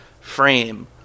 frame